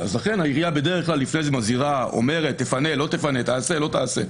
לכן בדרך כלל העירייה לפני זה אומרת לפנות או לעשות מה שצריך,